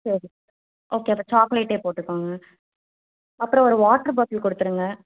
சரி ஓகே அப்போ சாக்லேட்டே போட்டுக்கோங்க அப்புறம் ஒரு வாட்டர் பாட்லு கொடுத்துருங்க